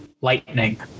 lightning